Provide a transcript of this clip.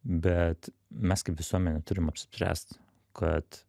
bet mes kaip visuomenė turim apsispręst kad